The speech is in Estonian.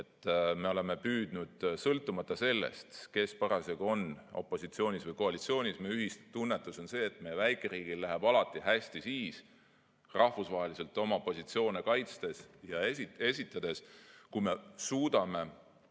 me oleme püüdnud [saavutada], sõltumata sellest, kes parasjagu on opositsioonis või koalitsioonis, ja meie ühistunnetus on see, et meie väikeriigil läheb alati hästi, rahvusvaheliselt oma positsioone kaitstes ja esitades siis, kui me suudame